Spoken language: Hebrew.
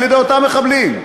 על-ידי אותם מחבלים.